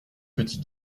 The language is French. petits